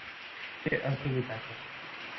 ᱪᱮᱫ ᱚᱥᱩᱵᱤᱫᱷᱟ ᱠᱚ